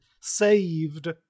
saved